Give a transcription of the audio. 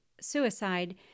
suicide